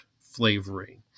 flavoring